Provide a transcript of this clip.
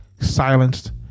silenced